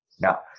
Now